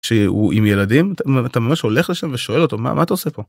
שהוא עם ילדים אתה ממש הולך לשם ושואל אותו מה אתה עושה פה.